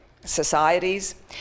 societies